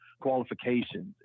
qualifications